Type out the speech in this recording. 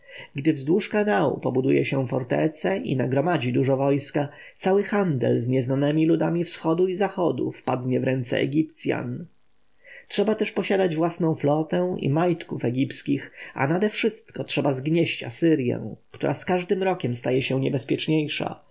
wzdłuż kanału pobuduje się fortece i nagromadzi dużo wojska cały handel z nieznanemi ludami wschodu i zachodu wpadnie w ręce egipcjan trzeba też posiadać własną flotę i majtków egipskich a nadewszystko trzeba zgnieść asyrję która z każdym rokiem staje się niebezpieczniejsza